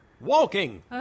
walking